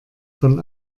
von